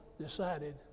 decided